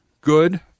good